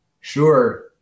Sure